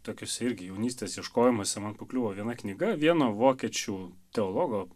tokiuose irgi jaunystės ieškojimuose man pakliuvo viena knyga vieno vokiečių teologo